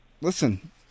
listen